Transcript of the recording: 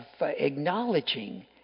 acknowledging